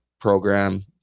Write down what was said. program